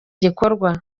gikorwa